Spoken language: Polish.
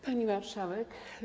Pani Marszałek!